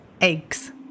Eggs